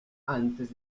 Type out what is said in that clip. antes